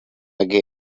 again